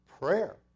prayer